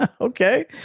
Okay